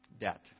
Debt